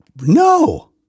No